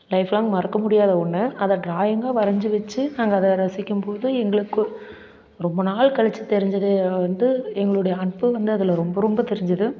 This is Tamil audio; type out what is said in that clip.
லைஃப் லாங்க் மறக்க முடியாத ஒன்று அதை டிராயிங்கா வரைஞ்சி வெச்சு நாங்கள் அதை ரசிக்கும் போது எங்களுக்கு ரொம்ப நாள் கழித்து தெரிஞ்சது அது வந்து எங்களோடைய அன்பு வந்து அதில் ரொம்ப ரொம்ப தெரிஞ்சது